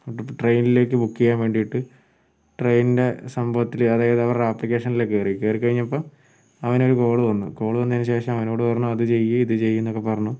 ട്രെയിനിലേക്ക് book ചെയ്യാൻ വേണ്ടിയിട്ട് ട്രെയിനിൻ്റെ സംഭവത്തിൽ അതായത് അവരുടെ ആപ്ലിക്കേഷനിൽ കയറി കയറിക്കഴിഞ്ഞപ്പോൾ അവനൊരു കോള് വന്നു കോള് വന്നതിനു ശേഷം അവനോട് പറഞ്ഞു അത് ചെയ്യ് ഇത് ചെയ്യ് എന്നൊക്കെ പറഞ്ഞു